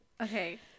Okay